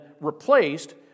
replaced